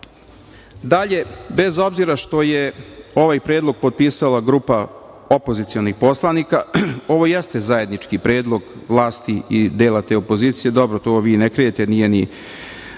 bez obzira što je ovaj predlog potpisala grupa opozicionih poslanika, ovo jeste zajednički predlog vlasti i dela te opozicije. Dobro, vi to i ne krijete, nije